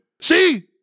see